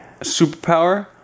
Superpower